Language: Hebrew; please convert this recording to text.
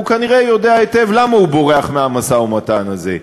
והוא כנראה יודע היטב למה הוא בורח מהמשא-ומתן הזה.